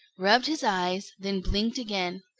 rubbed his eyes, then blinked again.